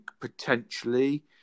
potentially